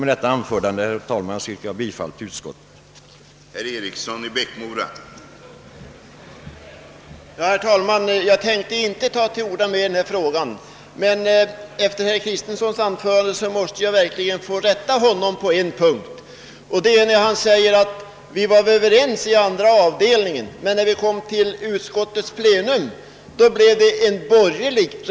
Med det anförda, herr talman, ber jag att få yrka bifall till utskottets hemställan.